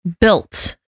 built